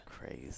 Crazy